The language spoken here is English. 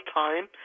time